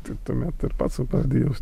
tai tuomet ir pats sau pradedi jaust